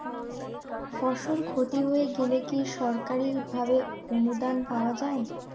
ফসল ক্ষতি হয়ে গেলে কি সরকারি ভাবে অনুদান পাওয়া য়ায়?